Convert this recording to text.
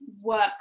work